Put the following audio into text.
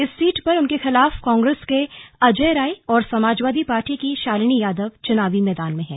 इस सीट पर उनके खिलाफ कांग्रेस के अजय राय और समाजवादी पार्टी की शालिनी यादव चुनाव मैदान में हैं